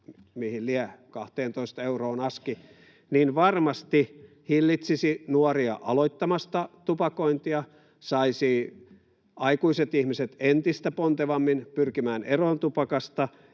mihin lie, 12 euroon aski, varmasti hillitsisi nuoria aloittamasta tupakointia, saisi aikuiset ihmiset entistä pontevammin pyrkimään eroon tupakasta,